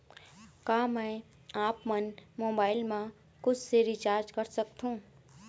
का मैं आपमन मोबाइल मा खुद से रिचार्ज कर सकथों?